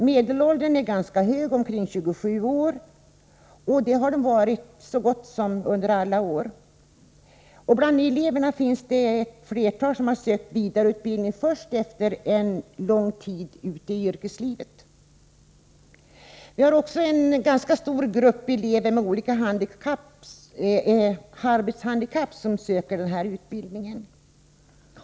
Medelåldern är ganska hög, omkring 27 år, och det har den varit under så gott som alla år. Bland eleverna finns ett flertal som har sökt vidareutbildning först efter en lång tid ute i yrkeslivet. Vi har också en ganska stor grupp med olika arbetshandikapp som söker denna utbildning.